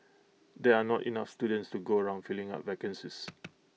there are not enough students to go around filling up vacancies